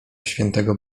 świętego